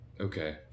okay